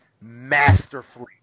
masterfully